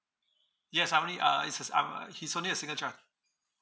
yes I only uh he's he's I'm uh he's only a single child